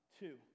two